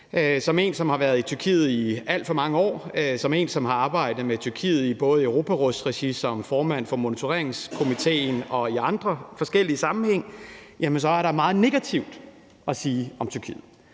Som en, der har været i Tyrkiet i alt for mange år, som en, der har arbejdet med Tyrkiet både i Europarådsregi som formand for monitoreringskomitéen og i andre, forskellige sammenhænge, er der meget negativt at sige om Tyrkiet,